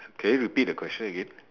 can you repeat the question again